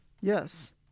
Yes